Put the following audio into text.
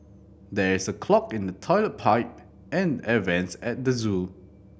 there is a clog in the toilet pipe and the air vents at the zoo